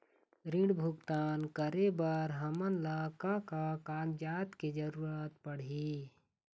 ऋण भुगतान करे बर हमन ला का का कागजात के जरूरत पड़ही?